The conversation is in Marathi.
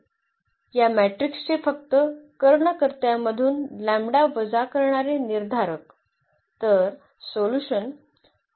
या मॅट्रिक्सचे फक्त कर्णकर्त्यामधून लंबडा वजा करणारे निर्धारक तर